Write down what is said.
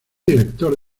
director